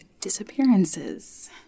disappearances